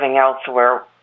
elsewhere